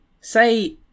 Say